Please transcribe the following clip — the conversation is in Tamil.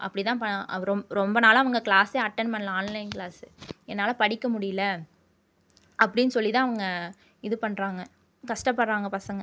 அப்படி தான் ப ரொம்ப ரொம்ப நாளாக அவங்க க்ளாஸே அட்டன் பண்ணல ஆன்லைன் க்ளாஸ் என்னால் படிக்க முடியல அப்படின்னு சொல்லி தான் அவங்க இது பண்ணுறாங்க கஷ்டப்படுறாங்க பசங்கள்